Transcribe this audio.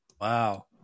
Wow